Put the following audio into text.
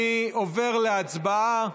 אני עובר להצבעה.